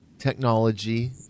technology